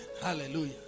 Hallelujah